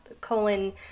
colon